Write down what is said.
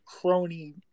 crony